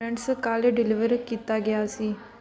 rents ਕੱਲ੍ਹ deliver ਕੀਤਾ ਗਿਆ ਸੀ